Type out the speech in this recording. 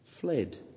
fled